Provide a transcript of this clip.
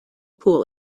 pool